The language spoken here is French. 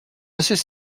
assez